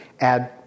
add